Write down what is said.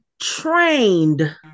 trained